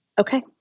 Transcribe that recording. okay